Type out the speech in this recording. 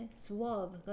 suave